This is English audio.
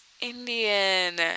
Indian